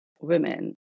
women